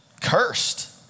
cursed